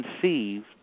conceived